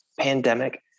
pandemic